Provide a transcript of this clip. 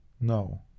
No